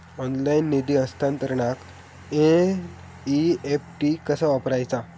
Online निधी हस्तांतरणाक NEFT कसा वापरायचा?